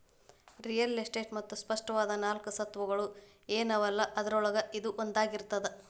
real estate ಮತ್ತ ಸ್ಪಷ್ಟವಾದ ನಾಲ್ಕು ಸ್ವತ್ತುಗಳ ಏನವಲಾ ಅದ್ರೊಳಗ ಇದೂ ಒಂದಾಗಿರ್ತದ